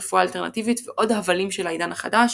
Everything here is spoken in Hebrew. רפואה אלטרנטיבית ועוד הבלים של העידן החדש,